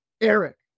Eric